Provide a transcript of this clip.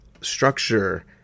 structure